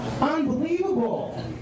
Unbelievable